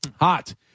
Hot